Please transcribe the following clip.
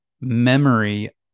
memory